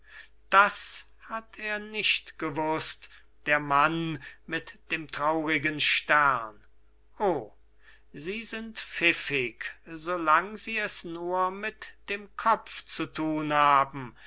kühner das hat er nicht gewußt der mann mit dem traurigen stern o sie sind pfiffig so lang sie es nur mit dem kopf zu thun haben